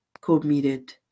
committed